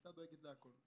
הייתה דואגת לכול.